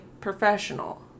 professional